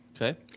Okay